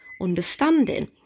understanding